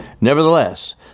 Nevertheless